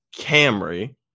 camry